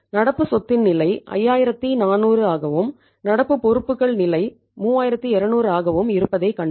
நடப்பு சொத்தின் நிலை 5400 ஆகவும் நடப்பு பொறுப்புகள் நிலை 3200 ஆகவும் இருப்பதைக் கண்டோம்